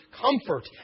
comfort